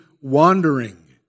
wandering